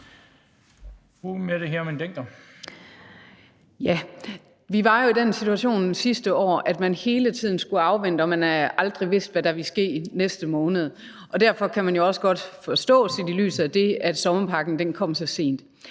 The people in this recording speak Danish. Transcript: Vi var jo i den situation sidste år, at man hele tiden skulle afvente, og at man aldrig vidste, hvad der ville ske i næste måned, og derfor kan man set i lyset af det jo også godt forstå, af sommerpakken kom så sent.